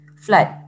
flood